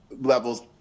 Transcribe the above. levels